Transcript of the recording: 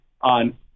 on